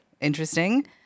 interesting